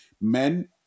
Men